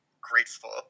grateful